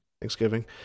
thanksgiving